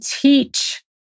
teach